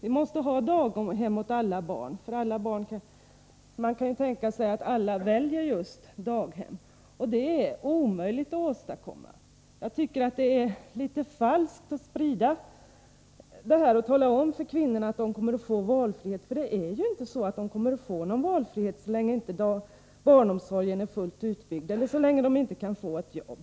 Vi måste också ha daghem åt alla barn, för det skulle kunna tänkas att alla valde just alternativet arbete och daghem. En sådan valfrihet är omöjlig att åstadkomma. Jag tycker att det är litet falskt när man säger till kvinnorna att de skulle få valfrihet, för de kan ju inte få det så länge barnomsorgen inte är utbyggd och så länge de inte kan få ett jobb.